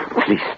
Please